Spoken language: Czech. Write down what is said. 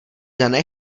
dané